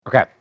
Okay